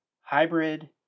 hybrid